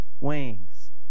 wings